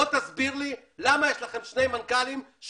בוא תסביר לי למה יש לכם שני מנכ"לים שכל